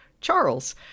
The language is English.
Charles